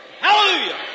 Hallelujah